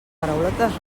paraulotes